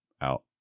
out